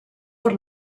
per